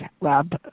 lab